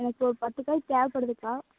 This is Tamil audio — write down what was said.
எனக்கு ஒரு பத்து காய் தேவைப்படுதுக்கா